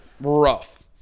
rough